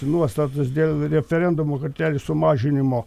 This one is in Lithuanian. nuostatos dėl referendumo kartelės sumažinimo